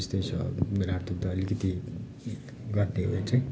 यस्तै छ मेरो हात दुःख्दा अलिकति गरिदियो भने चाहिँ